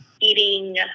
eating